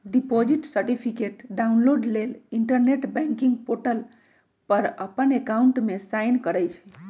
deposit certificate download लेल internet banking portal पर अप्पन अकाउंट में साइन करइ छइ